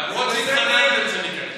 התחננתם שניכנס.